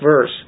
verse